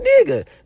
nigga